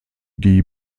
die